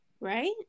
right